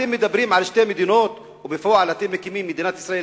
אתם מדברים על שתי מדינות ובפועל אתם מקימים מדינת ישראל